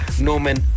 Norman